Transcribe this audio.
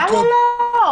למה לא?